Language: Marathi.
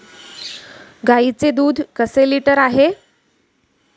गाईचे दूध कसे लिटर आहे?